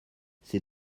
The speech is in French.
c’est